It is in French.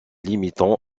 limitant